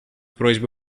просьбы